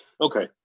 Okay